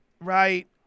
Right